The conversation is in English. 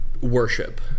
worship